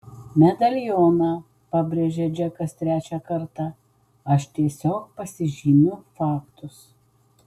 medalioną pabrėžė džekas trečią kartą aš tiesiog pasižymiu faktus